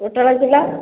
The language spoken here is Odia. ପୋଟଳ କିଲୋ